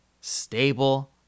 stable